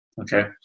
Okay